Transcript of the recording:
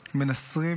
מנסרים,